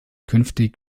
künftig